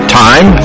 time